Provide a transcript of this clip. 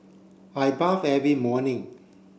I bath every morning